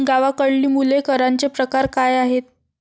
गावाकडली मुले करांचे प्रकार काय आहेत?